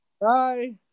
Bye